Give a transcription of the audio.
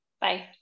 bye